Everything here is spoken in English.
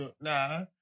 Nah